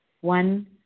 One